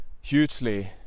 hugely